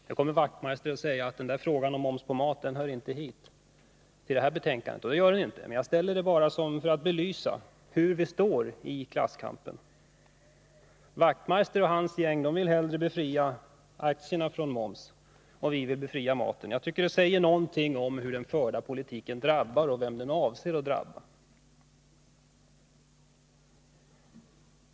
Nu kommer Knut Wachtmeister att säga att frågan om moms på mat inte hör till det som behandlas i betänkandet — och det gör den inte heller. Men jag nämner den bara för att belysa hur vi står i klasskampen. Knut Wachtmeister och hans gäng vill hålla aktierna fria från moms, medan vi vill befria maten från moms. Det säger något om hur den förda politiken drabbar och hur den avser att drabba.